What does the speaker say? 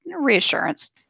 reassurance